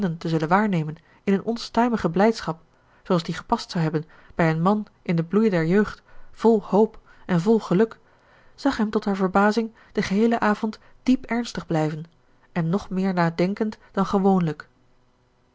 te zullen waarnemen in een onstuimige blijdschap zooals die gepast zou hebben bij een man in den bloei der jeugd vol hoop en vol geluk zag hem tot haar verbazing den geheelen avond diep ernstig blijven en nog meer nadenkend dan gewoonlijk